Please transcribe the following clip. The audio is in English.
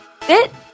FIT